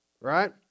right